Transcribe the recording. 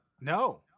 no